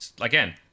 Again